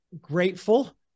grateful